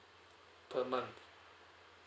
per month